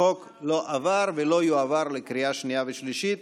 החוק לא עבר ולא יועבר לקריאה שנייה ושלישית.